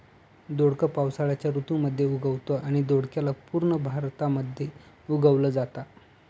दोडक पावसाळ्याच्या ऋतू मध्ये उगवतं आणि दोडक्याला पूर्ण भारतामध्ये उगवल जाता